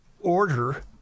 order